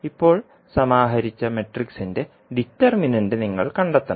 ഇപ്പോൾ സമാഹരിച്ച മാട്രിക്സിന്റെ ഡിറ്റർമിനന്റ് നിങ്ങൾ കണ്ടെത്തണം